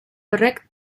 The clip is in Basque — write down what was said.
horrek